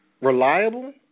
reliable